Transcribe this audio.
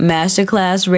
Masterclass